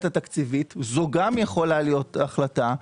התקציבית זאת גם יכולה להיות החלטה,